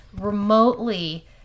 remotely